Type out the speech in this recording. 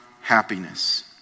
happiness